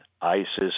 ISIS